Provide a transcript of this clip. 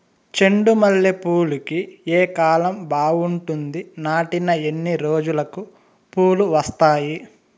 చెండు మల్లె పూలుకి ఏ కాలం బావుంటుంది? నాటిన ఎన్ని రోజులకు పూలు వస్తాయి?